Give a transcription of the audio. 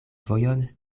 vojon